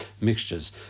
mixtures